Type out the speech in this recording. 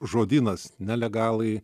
žodynas nelegalai